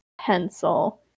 pencil